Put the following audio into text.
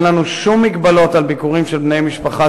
אין לנו שום מגבלות על ביקורים של בני-משפחה